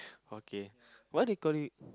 okay what do you call it